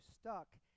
stuck